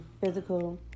physical